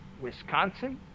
Wisconsin